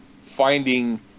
finding